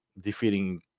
defeating